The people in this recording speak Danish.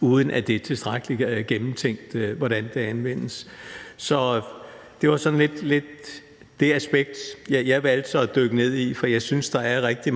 uden at det er tilstrækkelig gennemtænkt, hvordan de anvendes. Så det var sådan lidt det aspekt, jeg så valgte at dykke ned i, for jeg synes, der er rigtig